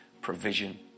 provision